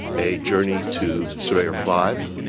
a journey to surveyor five.